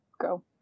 go